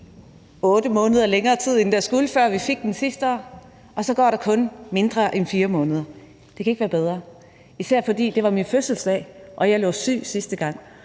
8 måneder længere, end der skulle, før vi fik den sidste år, og nu er der kun gået mindre end 4 måneder. Det kan ikke være bedre, især fordi det var min fødselsdag og jeg lå syg sidste gang.